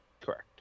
correct